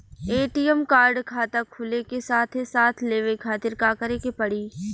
ATM card खाता खुले के साथे साथ लेवे खातिर का करे के पड़ी?